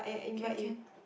okay can